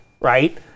right